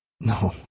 No